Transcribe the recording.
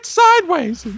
sideways